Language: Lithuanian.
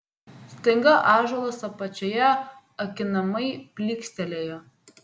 staiga ąžuolas apačioje akinamai plykstelėjo